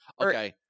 Okay